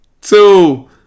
two